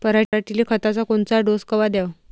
पऱ्हाटीले खताचा कोनचा डोस कवा द्याव?